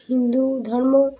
হিন্দু ধর্ম